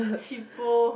cheapo